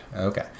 Okay